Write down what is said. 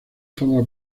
forma